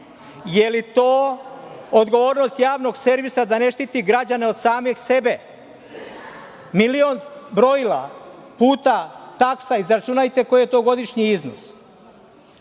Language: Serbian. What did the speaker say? Jel to odgovornost Javnog servisa da ne štiti građane od samih sebe? Milion brojila puta taksa, izračunajte koji je to godišnji iznos. Dalje,